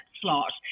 slot